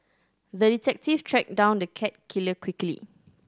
the detective tracked down the cat killer quickly